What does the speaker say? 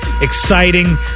exciting